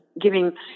giving